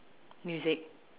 music